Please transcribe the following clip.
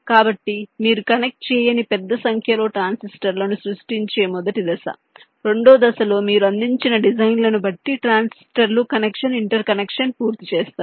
కాబట్టి మీరు కనెక్ట్ చేయని పెద్ద సంఖ్యలో ట్రాన్సిస్టర్లను సృష్టించే మొదటి దశ రెండవ దశలో మీరు అందించిన డిజైన్లను బట్టి ట్రాన్సిస్టర్ల కనెక్షన్ ఇంటర్కనెక్షన్ పూర్తి చేస్తారు